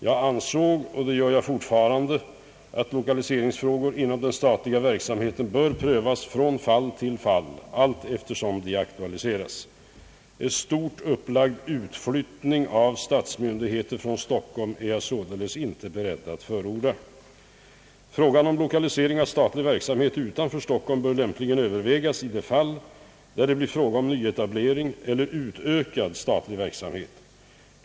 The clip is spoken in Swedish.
Jag ansåg — och det gör jag fortfarande — att lokaliseringsfrågor inom den statliga verksamheten bör prövas från fall till fall allteftersom de aktualiseras. En stort upplagd utflyttning av statsmyndigheter från Stockholm är jag således inte beredd att förorda. Frågan om lokalisering av statlig verksamhet utanför Stockholm bör lämpligen övervägas i de fall där det blir fråga om nyetablering eller utökad statlig verksamhet.